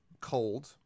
cold